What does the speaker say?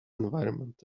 environment